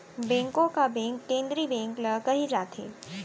बेंको का बेंक केंद्रीय बेंक ल केहे जाथे